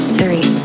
three